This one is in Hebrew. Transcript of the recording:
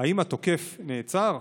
האם התוקף נעצר?